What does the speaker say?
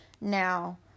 Now